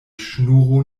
ŝnuro